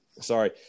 Sorry